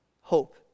hope